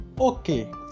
Okay